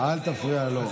אל תפריע לו.